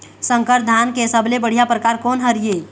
संकर धान के सबले बढ़िया परकार कोन हर ये?